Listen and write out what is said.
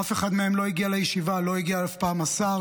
אף אחד מהם לא הגיע לישיבה, לא הגיע אף פעם השר.